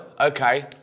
Okay